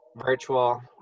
virtual